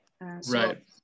right